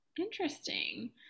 interesting